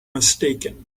mistaken